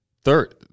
third